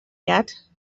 yet